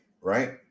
right